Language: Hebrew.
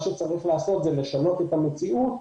מה שצריך לעשות זה לשנות את המציאות,